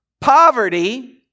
poverty